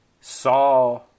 saw